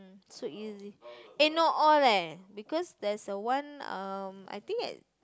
so easy eh not all leh because there's a one um I think at